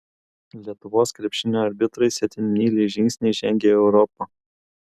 lietuvos krepšinio arbitrai septynmyliais žingsniais žengia į europą